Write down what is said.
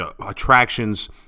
attractions